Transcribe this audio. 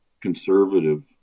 conservative